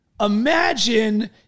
Imagine